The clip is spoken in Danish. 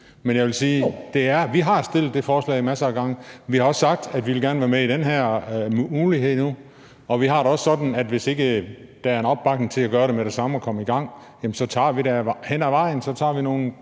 men jeg vil sige, at vi har fremsat det forslag masser af gange. Vi har også sagt, at vi gerne vil være med til den her mulighed nu, og vi har det også sådan, at hvis ikke der er opbakning til at gøre det med det samme og komme i gang, tager vi det hen ad vejen – så tager vi nogle